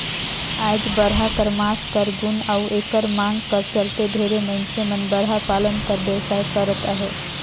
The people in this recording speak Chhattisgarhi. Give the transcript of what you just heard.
आएज बरहा कर मांस कर गुन अउ एकर मांग कर चलते ढेरे मइनसे मन बरहा पालन कर बेवसाय करत अहें